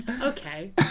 Okay